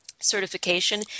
certification